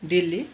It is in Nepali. दिल्ली